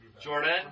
Jordan